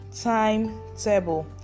timetable